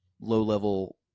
low-level